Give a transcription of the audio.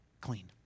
clean